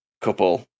couple